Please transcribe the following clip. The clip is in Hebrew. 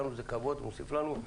זה כבוד, זה מוסיף לנו.